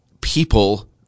people